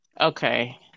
Okay